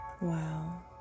Wow